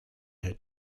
had